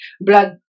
blood